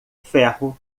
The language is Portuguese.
ferro